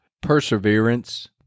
perseverance